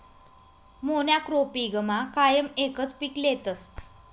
मोनॉक्रोपिगमा कायम एकच पीक लेतस